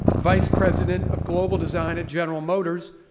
vice president of global design at general motors,